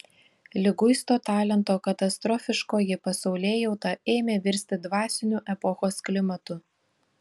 liguisto talento katastrofiškoji pasaulėjauta ėmė virsti dvasiniu epochos klimatu